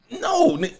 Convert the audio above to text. No